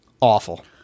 Awful